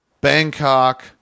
Bangkok